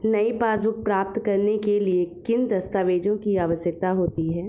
नई पासबुक प्राप्त करने के लिए किन दस्तावेज़ों की आवश्यकता होती है?